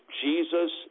Jesus